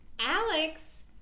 Alex